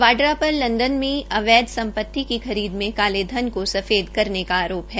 वाड्रा पर लंदन में अवैध सम्पति की खरीद में काले धन को सफेद करने का आरोप है